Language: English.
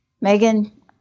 Megan